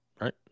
right